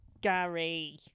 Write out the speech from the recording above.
Gary